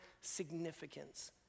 significance